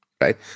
right